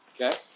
Okay